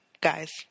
Guys